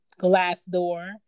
Glassdoor